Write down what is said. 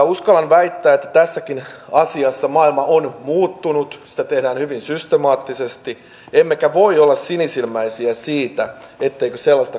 uskallan väittää että tässäkin asiassa maailma on muuttunut sitä tehdään hyvin systemaattisesti emmekä voi olla sinisilmäisiä siinä etteikö sellaista kohdistuisi suomeen